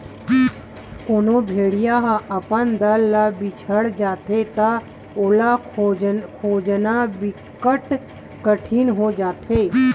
कोनो भेड़िया ह अपन दल ले बिछड़ जाथे त ओला खोजना बिकट कठिन हो जाथे